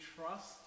trust